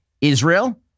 Israel